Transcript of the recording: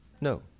no